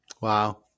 Wow